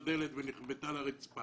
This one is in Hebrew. מצאתי לנכון להיות בדיון